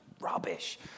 rubbish